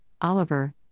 Oliver